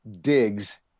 digs